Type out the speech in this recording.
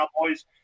Cowboys